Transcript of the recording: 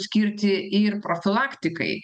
skirti ir profilaktikai